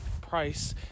price